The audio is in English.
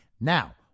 Now